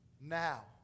now